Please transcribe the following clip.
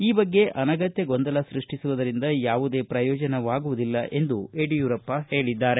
ಈ ಬಗ್ಗೆ ಅನಗತ್ತ ಗೊಂದಲ ಸ್ಯಪ್ಟಿಸುವುದರಿಂದ ಯಾವುದೇ ಪ್ರಯೋಜನವಾಗುವುದಿಲ್ಲ ಎಂದು ಯಡಿಯೂರಪ್ಪ ಹೇಳಿದ್ದಾರೆ